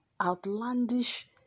outlandish